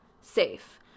safe